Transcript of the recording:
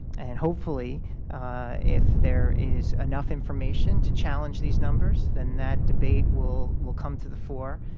and hopefully if there is enough information to challenge these numbers, then that debate will will come to the fore.